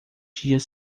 dias